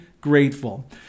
grateful